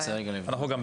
אני